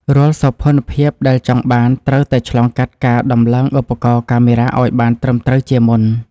រាល់សោភ័ណភាពដែលចង់បានត្រូវតែឆ្លងកាត់ការដំឡើងឧបករណ៍កាមេរ៉ាឱ្យបានត្រឹមត្រូវជាមុន។